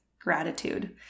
gratitude